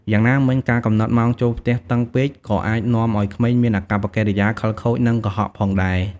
យ៉ាងណាមិញ ការកំណត់ម៉ោងចូលផ្ទះតឹងពេកក៏អាចនាំឱ្យក្មេងមានអាកប្បកិរិយាខិលខូច និងកុហកផងដែរ។